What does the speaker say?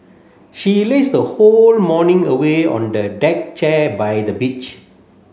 she lazed her whole morning away on the deck chair by the beach